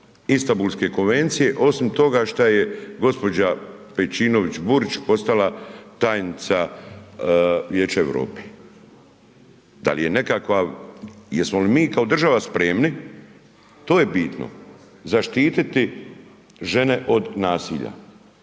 Istambulske konvencije osim toga šta je gđa. Pejčinović Burić postala tajnica Vijeća Europe? Da li je nekakav, jesmo li mi kao država spremni, to je bitno, zaštiti žene od nasilja?